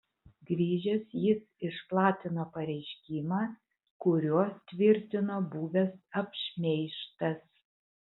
grįžęs jis išplatino pareiškimą kuriuo tvirtino buvęs apšmeižtas